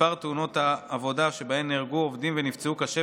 מספר תאונות העבודה שבהן נהרגו עובדים ונפצעו קשה